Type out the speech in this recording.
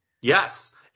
Yes